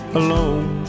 alone